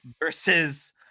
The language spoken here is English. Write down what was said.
versus